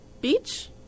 Beach